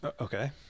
Okay